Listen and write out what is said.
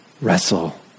wrestle